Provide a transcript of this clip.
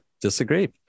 disagree